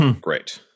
Great